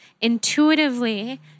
intuitively